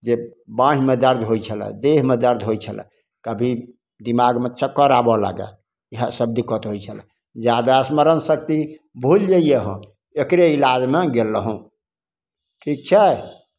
जे बाँहिमे दरद होइ छलै देहमे दरद होइ छलै कभी दिमागमे चक्कर आबऽ लागे इएहसब दिक्कत होइ छलै जादा स्मरण शक्ति भुलि जइए हम एकरे इलाजमे गेल रहौँ ठीक छै